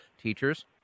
teachers